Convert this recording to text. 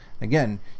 Again